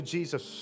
Jesus